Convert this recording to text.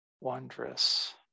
wondrous